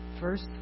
First